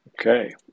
Okay